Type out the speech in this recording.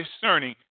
discerning